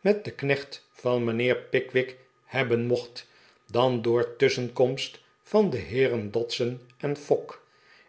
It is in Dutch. met den knecht van mijnheer pickwick hebben mocht dan door tusschenkomst van de heeren dodson en fogg